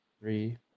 three